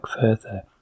further